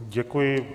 Děkuji.